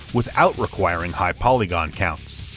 without requiring high polygon counts.